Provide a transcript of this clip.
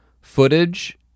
footage